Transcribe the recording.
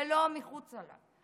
ולא מחוצה לו.